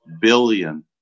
billion